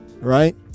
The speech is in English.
right